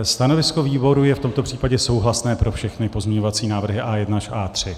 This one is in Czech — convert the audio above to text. Stanovisko výboru je v tomto případě souhlasné pro všechny pozměňovací návrhy A1 až A3.